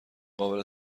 قابل